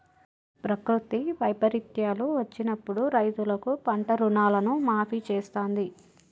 ప్రకృతి వైపరీత్యాలు వచ్చినప్పుడు రైతులకు పంట రుణాలను మాఫీ చేస్తాంది